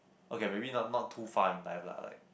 okay maybe not not too far in life lah like